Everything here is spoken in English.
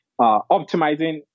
optimizing